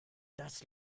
das